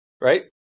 Right